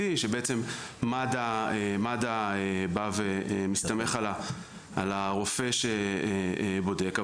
שבעצם מד"א בא ומסתמך על הרופא שבודק.